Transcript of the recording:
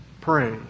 pray